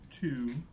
Two